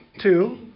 two